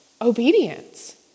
Obedience